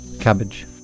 cabbage